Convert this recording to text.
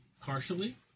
Partially